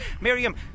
Miriam